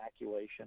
evacuation